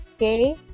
okay